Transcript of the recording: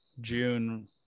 june